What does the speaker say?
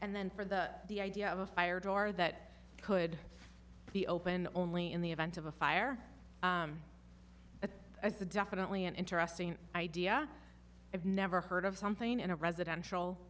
and then for the the idea of a fire door that could be opened only in the event of a fire at the definitely an interesting idea i've never heard of something in a residential